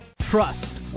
trust